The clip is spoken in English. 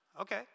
okay